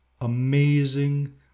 amazing